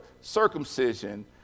circumcision